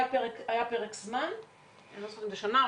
היה פרק זמן של שנה,